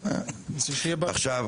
הרשימה הערבית המאוחדת): עופר,